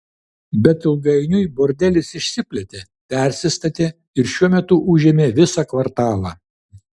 bet ilgainiui bordelis išsiplėtė persistatė ir šiuo metu užėmė visą kvartalą